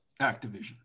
activision